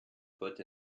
put